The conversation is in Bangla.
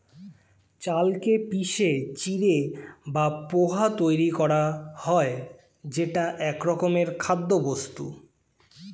চালকে পিষে চিঁড়ে বা পোহা তৈরি করা হয় যেটা একরকমের খাদ্যবস্তু